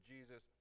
Jesus